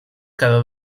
cada